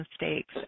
mistakes